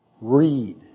Read